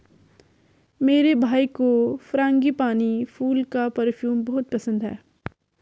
मेरे भाई को फ्रांगीपानी फूल का परफ्यूम बहुत पसंद है